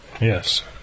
yes